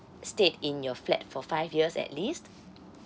stayed in your flat for five years at least